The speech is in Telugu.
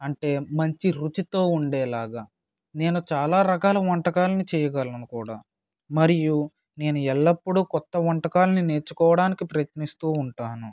అంటే మంచి రుచితో ఉండేలాగా నేను చాలా రకాల వంటకాలను చేయగలను కూడా మరియు నేను ఎల్లప్పుడు కొత్త వంటకాలను నేర్చుకోవడానికి ప్రయత్నిస్తు ఉంటాను